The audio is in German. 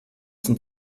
sind